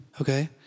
okay